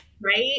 right